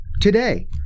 today